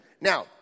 Now